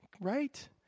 Right